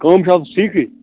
کٲم چھا حظ ٹھیٖکٕے